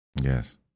Yes